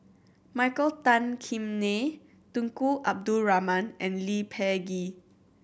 Michael Tan Kim Nei Tunku Abdul Rahman and Lee Peh Gee